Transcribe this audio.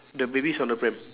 the baby is on the pram